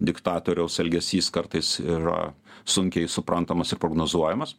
diktatoriaus elgesys kartais yra sunkiai suprantamas ir prognozuojamas